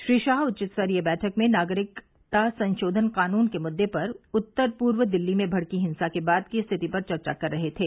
श्री शाह उच्चस्तरीय बैठक में नागरिकता संशोधन कानून के मुद्दे पर उत्तर पूर्व दिल्ली में भड़की हिंसा के बाद की रिथित पर चर्चा कर रहे थे